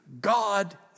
God